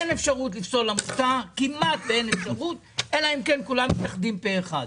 כמעט ואין אפשרות לפסול עמותה אלא אם כן כולם מתאחדים פה-אחד